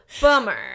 bummer